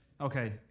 Okay